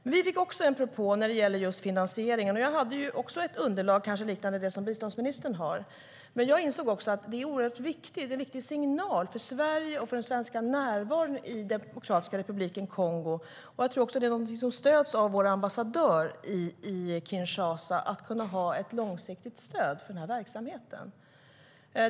Vi fick också en propå när det gäller just finansieringen. Jag hade också ett underlag, kanske liknande det som biståndsministern har. Jag insåg också att det är en oerhört viktig signal för Sverige och den svenska närvaron i Demokratiska republiken Kongo. Jag tror också att det stöds av vår ambassadör i Kinshasa att vi ska ha ett långsiktigt stöd för den här verksamheten.